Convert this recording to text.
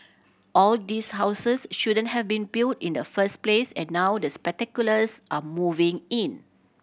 all these houses shouldn't have been built in the first place and now the speculators are moving in